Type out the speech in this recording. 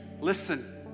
Listen